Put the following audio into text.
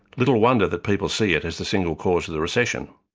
little wonder that people see it as the single cause of the recession.